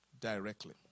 directly